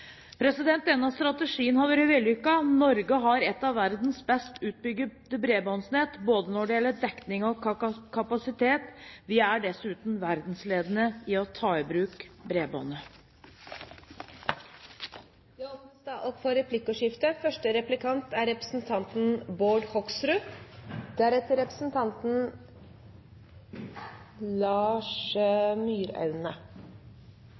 Denne strategien har vært vellykket. Norge har et av verdens best utbygde bredbåndsnett når det gjelder både dekning og kapasitet. Vi er dessuten verdensledende i å ta i bruk bredbåndet. Det blir replikkordskifte. Kanskje jeg skal skryte litt i dag: Jeg synes det er